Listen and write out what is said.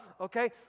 Okay